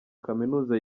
kaminuza